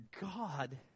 God